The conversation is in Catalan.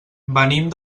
venim